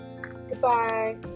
Goodbye